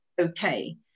okay